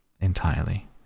Entirely